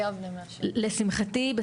לשמחתי,